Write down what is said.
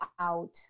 out